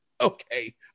okay